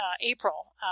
April